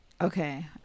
Okay